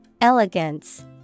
Elegance